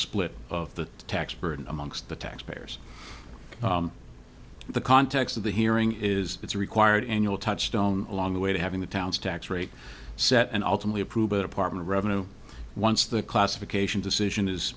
split of the tax burden amongst the taxpayers in the context of the hearing is it's a required annual touchstone along the way to having the town's tax rate set and ultimately approve a department of revenue once the classification decision is